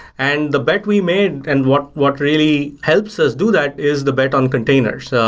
and the bet we made and what what really helps us do that is the bet on containers, so